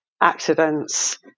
accidents